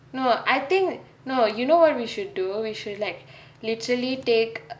no I think no you know [what] we should do we should like literally take